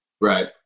Right